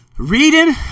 Reading